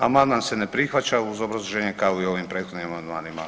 Amandman se ne prihvaća uz obrazloženje kao i u ovim prethodnim amandmanima.